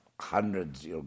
hundreds